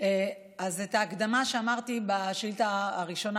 ההקדמה שאמרתי בשאילתה הראשונה,